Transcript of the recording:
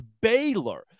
Baylor